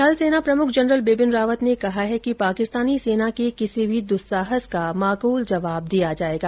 थल सेना प्रमुख जनरल बिपिन रावत ने कहा है कि पाकिस्तानी सेना के किसी भी दुस्साहस का माकूल जवाब दिया जायेगा